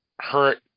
hurt